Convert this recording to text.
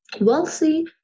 wealthy